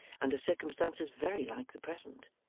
under circumstances very like the present,